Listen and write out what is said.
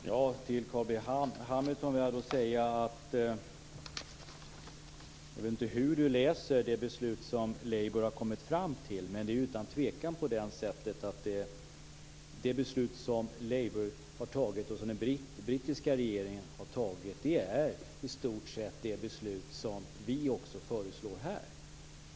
Fru talman! Jag vet inte hur Carl B Hamilton läser det beslut som Labour har kommit fram till. Det beslut som Labour och den brittiska regeringen har fattat är i stort sett det beslut som vi föreslår här.